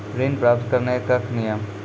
ऋण प्राप्त करने कख नियम?